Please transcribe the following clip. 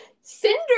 Cinder